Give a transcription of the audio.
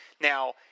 Now –